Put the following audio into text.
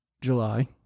July